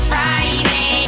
Friday